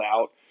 out